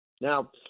Now